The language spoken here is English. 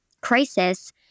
crisis